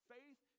Faith